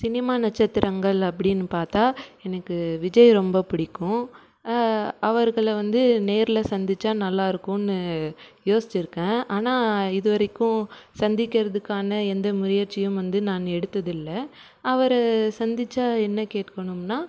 cinema நட்சத்திரங்கள் அப்படின்னு பார்த்தா எனக்கு விஜய் ரொம்ப பிடிக்கும் அவர்களை வந்து நேரில் சந்தித்தா நல்லா இருக்கும்னு யோசிச்சுருக்கேன் ஆனால் இதுவரைக்கும் சந்திக்கிறதுக்கான எந்த முயற்சியும் வந்து நான் எடுத்ததில்லை அவரை சந்தித்தா என்ன கேட்கணும்னால்